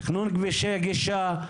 תכנון כבשי גישה.